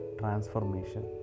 transformation